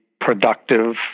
productive